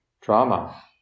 drama